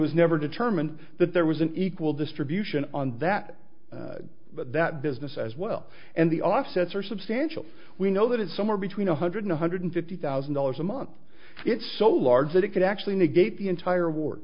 was never determined that there was an equal distribution on that but that business as well and the offsets are substantial we know that it's somewhere between one hundred one hundred fifty thousand dollars a month it's so large that it could actually negate the entire war